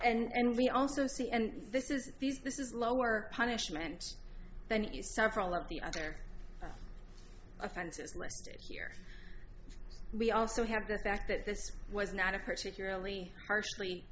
and and we also see and this is this is lower punishment then you stand for all of the other offenses rested here we also have the fact that this was not a particularly harshly